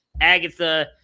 Agatha